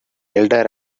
elder